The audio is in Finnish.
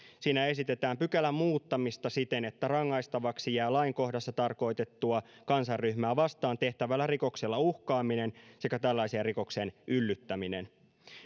siinä esitetään pykälän muuttamista siten että rangaistavaksi jää lainkohdassa tarkoitettua kansanryhmää vastaan tehtävällä rikoksella uhkaaminen sekä tällaiseen rikokseen yllyttäminen